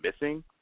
missing